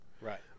Right